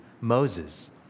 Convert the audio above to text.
Moses